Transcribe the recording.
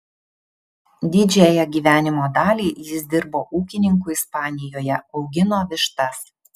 didžiąją gyvenimo dalį jis dirbo ūkininku ispanijoje augino vištas